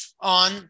on